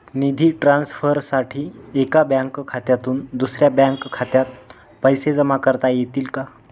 निधी ट्रान्सफरसाठी एका बँक खात्यातून दुसऱ्या बँक खात्यात पैसे जमा करता येतील का?